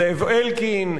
זאב אלקין,